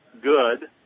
good